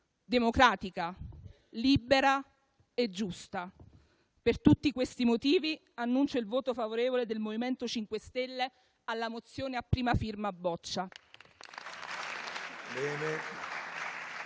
democratica, libera e giusta. Per tutti questi motivi, annuncio il voto favorevole del MoVimento 5 Stelle alla mozione n. 39, a prima firma del